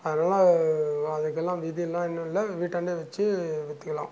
அதனாலேவே அதுக்கெல்லாம் வீதின்லாம் இன்னும் இல்லை வீட்டாண்டே வச்சு விற்றுக்குலாம்